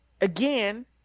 again